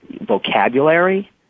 vocabulary